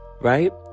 right